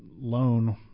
loan